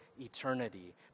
eternity